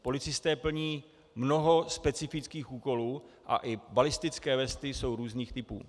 Policisté plní mnoho specifických úkolů a i balistické vesty jsou různých typů.